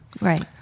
Right